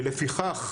לפיכך,